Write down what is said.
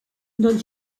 doncs